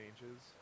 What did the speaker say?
changes